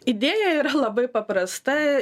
idėja yra labai paprasta